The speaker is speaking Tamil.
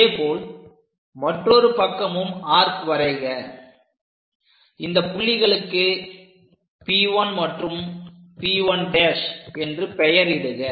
அதேபோல் மற்றொரு பக்கமும் ஆர்க் வரைக இந்தப் புள்ளிகளுக்கு P1 மற்றும் P1' என்று பெயர் இடுக